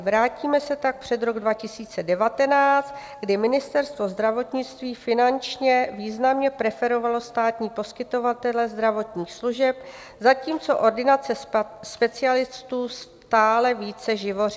Vrátíme se tak před rok 2019, kdy Ministerstvo zdravotnictví finančně významně preferovalo státní poskytovatele zdravotních služeb, zatímco ordinace specialistů stále více živořily.